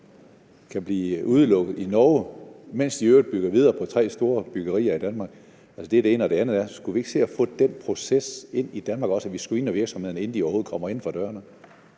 kan blive udelukket i Norge, mens man i øvrigt bygger videre på tre store byggerier i Danmark? Det er det ene, og det andet er: Skulle vi ikke se også at få den proces ind i Danmark, så vi screener virksomhederne, inden de overhovedet kommer inden for dørene?